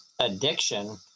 addiction